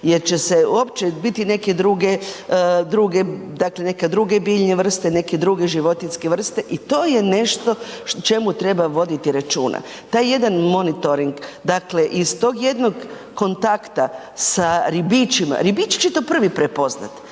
neke druge dakle neke druge biljne vrste, neke druge životinjske vrste i to je nešto o čemu treba voditi računa. Taj jedan monitoring, dakle iz tog jednog kontakta sa ribičima, ribiči će to prvi prepoznati,